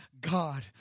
God